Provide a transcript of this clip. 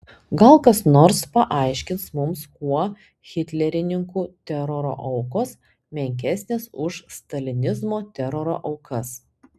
gal kas nors paaiškins mums kuo hitlerininkų teroro aukos menkesnės už stalinizmo teroro aukas